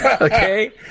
okay